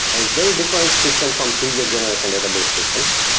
a very different system from previous generation database systems.